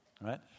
right